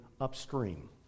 upstream